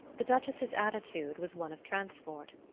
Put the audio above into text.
the duchess's attitude was one of transport,